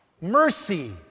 mercy